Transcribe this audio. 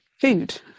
food